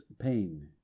pain